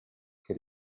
che